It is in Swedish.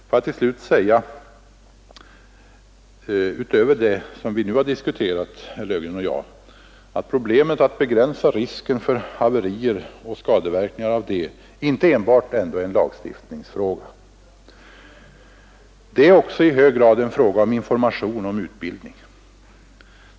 Får jag sedan, utöver det som herr Löfgren och jag här har diskuterat, säga att problemet att begränsa risken för haverier och deras skadeverkningar ändå inte bara är en lagstiftningsfråga. Det är också i hög grad en fråga om information och utbildning.